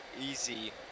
easy